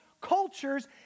cultures